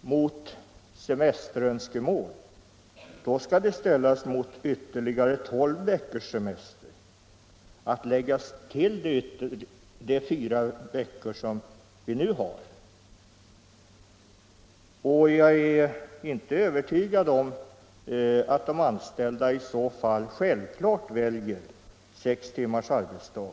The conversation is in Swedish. mot semesterönskemål, då skall den ställas mot ytterligare tolv veckors semester att läggas till de fyra veckor som vi nu har. Jag är inte övertygad om att de anställda i så fall självklart väljer sex timmars arbetsdag.